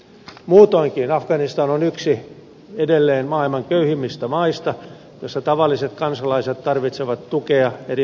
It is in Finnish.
muutoinkin afganistan on edelleen yksi maailman köyhimmistä maista jossa tavalliset kansalaiset tarvitsevat tukea eri muodoissa pitkään